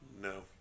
No